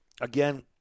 again